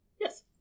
Yes